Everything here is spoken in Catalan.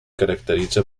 caracteritza